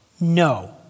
No